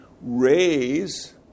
raise